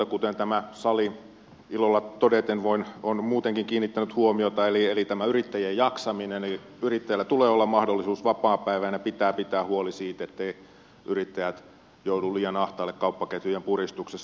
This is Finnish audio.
olen kuten tämä sallimme ilolla todeten vain on sali kiinnittänyt huomiota tähän yrittäjien jaksamiseen eli yrittäjällä tulee olla mahdollisuus vapaapäivään ja pitää pitää huoli siitä etteivät yrittäjät joudu liian ahtaalle kauppaketjujen puristuksessa